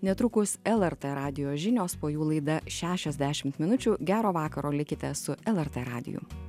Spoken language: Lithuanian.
netrukus lrt radijo žinios po jų laida šešiasdešimt minučių gero vakaro likite su lrt radiju